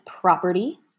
property